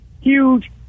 huge